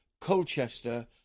Colchester